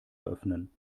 eröffnen